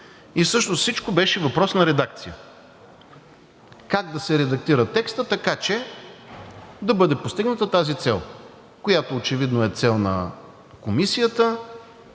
Всъщност всичко беше въпрос на редакция – как да се редактира текстът, така че да бъде постигната тази цел, която очевидно е цел на Комисията.